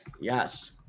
Yes